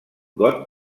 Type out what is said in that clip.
got